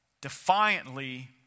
defiantly